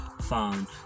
found